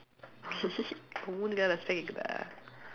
உன் மூஞ்சுக்கு எல்லாம்:un muunjsukku ellaam respect கேட்குதா:keetkuthaa